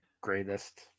greatest